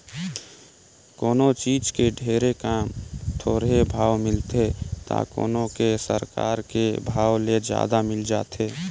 कोनों चीज के ढेरे काम, थोरहें भाव मिलथे त कोनो के सरकार के के भाव ले जादा मिल जाथे